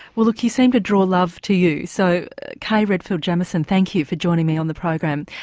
well look you seem to draw love to you, so kay redfield jamison thank you for joining me on the program.